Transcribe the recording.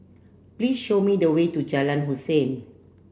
please show me the way to Jalan Hussein